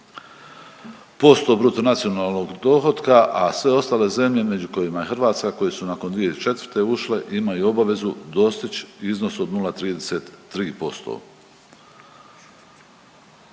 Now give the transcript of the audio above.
0,7% bruto nacionalnog dohotka, a sve ostale zemlje među kojima je Hrvatska koje su nakon 2004. ušle imaju obavezu dostići iznos od 0,33%.